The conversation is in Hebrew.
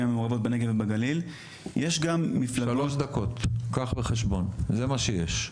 המעורבות בנגב ובגליל -- שלוש דקות קח בחשבון זה מה שיש.